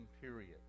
Period